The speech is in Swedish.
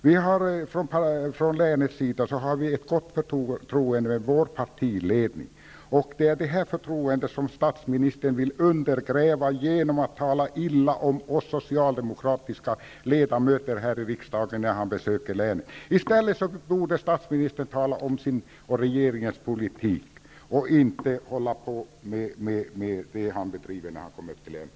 Vi har från länets sida ett gott förtroende för vår partiledning, och det är det förtroendet som statsministern vill undergräva genom att tala illa om oss socialdemokratiska ledamöter här i riksdagen när han besöker länet. I stället borde statsministern tala om sin och regeringens politik, och inte hålla på med det han gör när han kommer till länet.